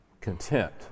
content